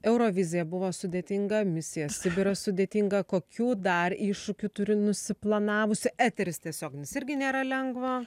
eurovizija buvo sudėtinga misija sibiras sudėtinga kokių dar iššūkių turi nusiplanavusi eteris tiesioginis irgi nėra lengva